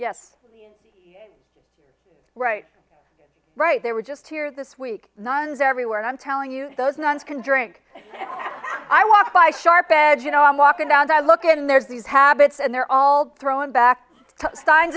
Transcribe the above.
yes right right they were just here this week nuns everywhere and i'm telling you those nuns can drink i walk by sharp edge you know i'm walking down i look and there's these habits and they're all thrown back si